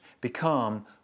become